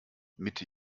mitte